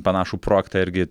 panašų projektą irgi